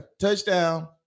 touchdown